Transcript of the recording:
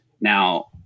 Now